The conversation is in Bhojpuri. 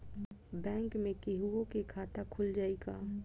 बैंक में केहूओ के खाता खुल जाई का?